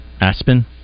Aspen